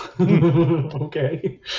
Okay